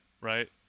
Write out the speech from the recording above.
right